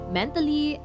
mentally